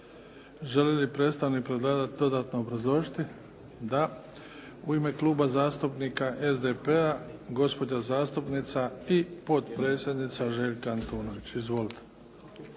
Želi li predstavnik predlagatelja dodatno obrazložiti? Da. U ime Kluba zastupnika SDP-a, gospođa zastupnica i potpredsjednica Željka Antunović. Izvolite.